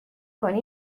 کنی